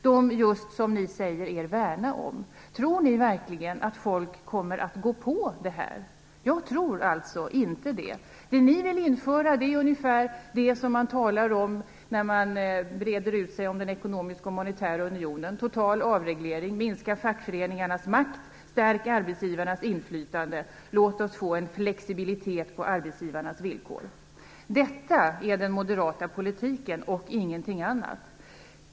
Det är just dem ni säger er värna om. Tror ni verkligen att folk kommer att gå på det här? Jag tror inte det. Det ni vill införa är ungefär detsamma som man talar om när man breder ut sig om den ekonomiska och monetära unionen. Det handlar om total avreglering, minskad makt för fackföreningarna och stärkt inflytande för arbetsgivarna. Ni säger: Låt oss få en flexibilitet på arbetsgivarnas villkor. Det är den moderata politiken, och ingenting annat.